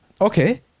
Okay